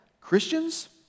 Christians